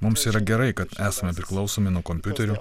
mums yra gerai kad esame priklausomi nuo kompiuterių